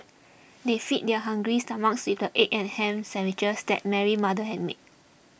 they fed their hungry stomachs with the egg and ham sandwiches that Mary's mother had made